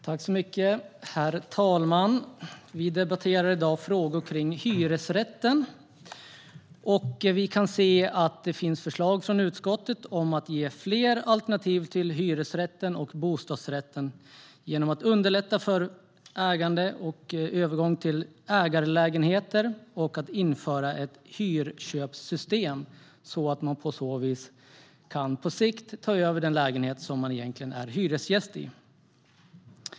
Herr talman! Vi debatterar i dag frågor om hyresrätten. Vi kan se att det finns förslag från utskottet om att ge fler alternativ till hyresrätten och bostadsrätten genom att underlätta för ägande och övergång till ägarlägenheter och införa ett hyrköpssystem så att man på så vis på sikt kan ta över den lägenhet som man är hyresgäst i.